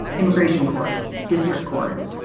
immigration court, district court.